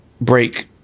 break